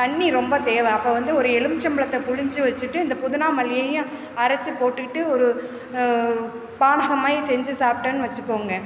தண்ணி ரொம்ப தேவை அப்போ வந்து ஒரு எலுமிச்சம் பழத்தை பிழிஞ்சி வச்சிட்டு இந்த புதினா மல்லியையும் அரைச்சிப் போட்டுக்கிட்டு ஒரு பானகம் மாதிரி செஞ்சு சாப்பிட்டன்னு வச்சிக்கோங்க